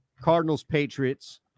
Cardinals-Patriots